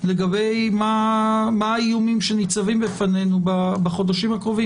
לגבי מה האיומים שניצבים בפנינו בחודשים הקרובים,